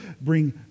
bring